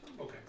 Okay